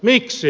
miksi